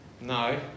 No